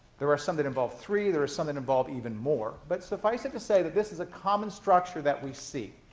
there are some that involve three. there are some that and involve even more. but suffice it to say that this is a common structure that we see.